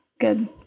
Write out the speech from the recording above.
good